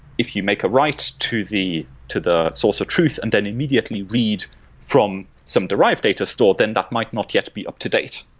if you make a write to the to the source of truth and then immediately read from some derived data store, then that might not yet be up-to-date.